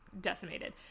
decimated